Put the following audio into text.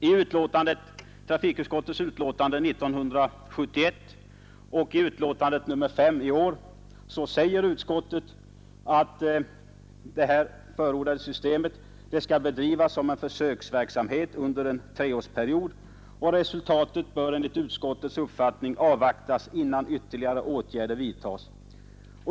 I sina betänkanden nr 28 år 1971 och nr 5 i år har trafikutskottet sagt, att ”det förordade systemet skall bedrivas som försöksverksamhet under en treårsperiod. Resultatet härav bör enligt utskottets uppfattning avvaktas innan ytterligare åtgärder vidtas.